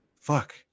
Fuck